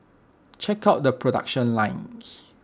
check out the production lines